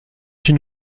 une